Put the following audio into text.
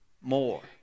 more